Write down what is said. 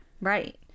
Right